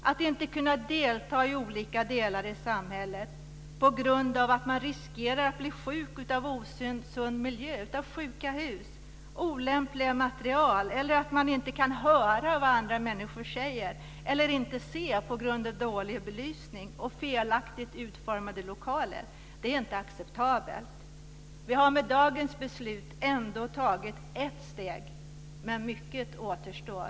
Att människor inte kan delta i olika delar i samhället på grund av att man riskerar att bli sjuk av osund miljö, av sjuka hus, av olämpliga material, inte kan höra vad andra människor säger eller inte kan se på grund av dålig belysning och felaktigt utformade lokaler är inte acceptabelt. Vi har med dagens beslut ändå tagit ett steg, men mycket återstår.